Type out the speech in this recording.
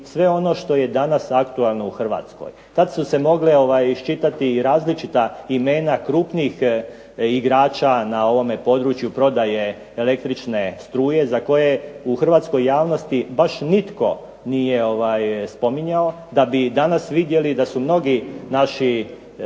sve ono što je danas aktualno u Hrvatskoj. Tada su se mogla iščitati i različita imena krupnijih igrača na ovom području prodaje električne struje za koje u hrvatskoj javnosti baš nitko nije spominjao da bi danas vidjeli da su mnogi naši